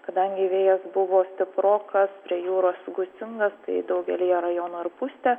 kadangi vėjas buvo stiprokas prie jūros gūsinga tai daugelyje rajonų ir pustė